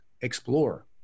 explore